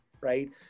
right